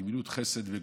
גמילות חסד בגופו,